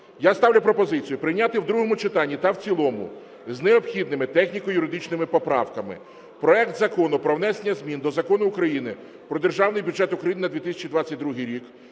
Я ставлю пропозицію прийняти в другому читанні та в цілому з необхідними техніко-юридичними поправками проект Закону про внесення змін до Закону України "Про Державний бюджет України на 2022 рік"